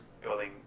building